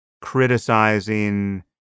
criticizing